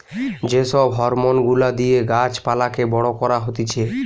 যে সব হরমোন গুলা দিয়ে গাছ পালাকে বড় করা হতিছে